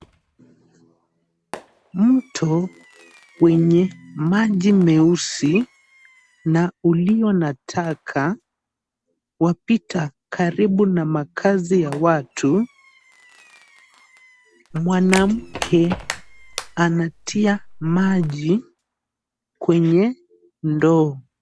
Mto, wenye maji meusi na ulio na taka, wapita karibu na makazi ya watu, mwanamke anatia maji kwenye ndoo.